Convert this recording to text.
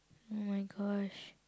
!oh-my-gosh!